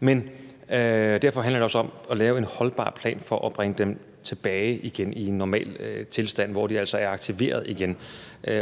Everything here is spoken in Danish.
Men derfor handler det også om at lave en holdbar plan for at bringe dem tilbage igen i en normal tilstand, hvor de altså er aktiveret igen.